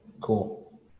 Cool